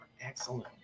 excellent